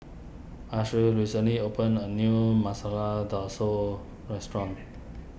Ashley recently opened a new Masala restaurant